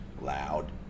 loud